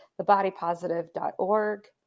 thebodypositive.org